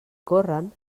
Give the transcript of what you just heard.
corren